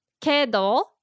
KEDO